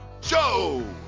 Joe